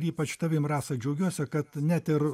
ypač tavim rasa džiaugiuosi kad net ir